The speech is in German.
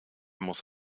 muss